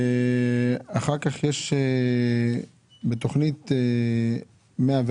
אחר כך יש בתוכנית 104